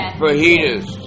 fajitas